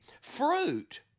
Fruit